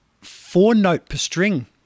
four-note-per-string